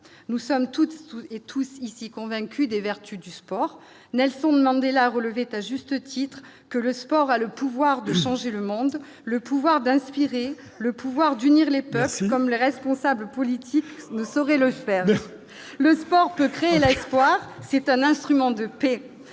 sommes toutes, toutes et tous ici convaincu des vertus du sport Nelson-Mandela relevait à juste titre que le sport a le pouvoir de changer le monde, le pouvoir d'inspirer le pouvoir d'unir les parce que comme les responsables politiques ne saurait le faire le sport peut créer l'exploit, c'est un instrument de paix,